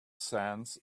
sands